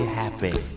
happy